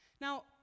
Now